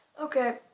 Okay